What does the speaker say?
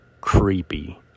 creepy